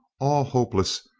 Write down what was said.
all hopeless,